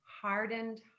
hardened